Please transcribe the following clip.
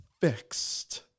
fixed